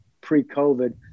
pre-COVID